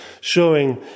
showing